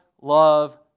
love